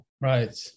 Right